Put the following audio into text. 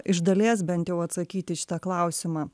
iš dalies bent jau atsakyti į šitą klausimą